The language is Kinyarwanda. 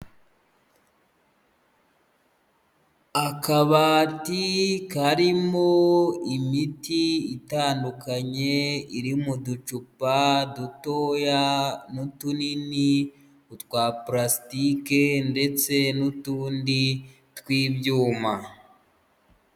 Akabati karimo imiti itandukanye, iri mu ducupa dutoya n'utunini, utwa purasitike ndetse n'utundi tw'ibyuma.